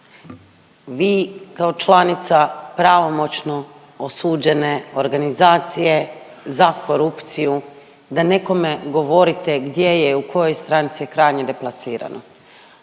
vi kao članica pravomoćno osuđene organizacije za korupciju da nekome govorite gdje je, u kojoj stranci je krajnje deplasirano,